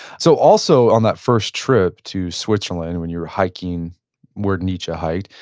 so also, on that first trip to switzerland, when you were hiking where nietzsche hiked,